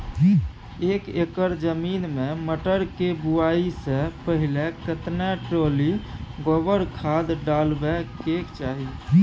एक एकर जमीन में मटर के बुआई स पहिले केतना ट्रॉली गोबर खाद डालबै के चाही?